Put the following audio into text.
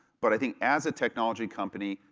but i think as a technology company,